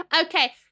Okay